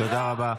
תודה רבה.